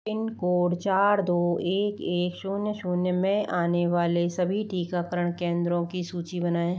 pin code चार दो एक एक शून्य शून्य में आने वाले सभी टीकाकरण केंद्रों की सूची बनाएँ